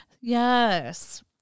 yes